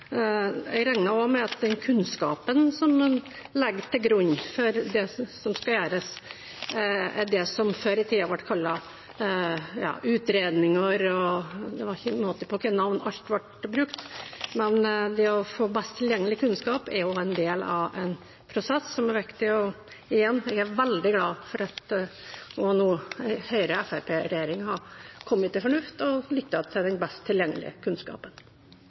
Jeg regner også med at den kunnskapen han legger til grunn for det som skal gjøres, er det som før i tiden ble kalt utredninger – det var ikke måte på alle navnene som ble brukt. Men det å få best tilgjengelig kunnskap er jo en del av en prosess som er viktig. Og igjen: Jeg er veldig glad for at også Høyre–Fremskrittsparti-regjeringen nå har kommet til fornuft og lyttet til den best tilgjengelige kunnskapen.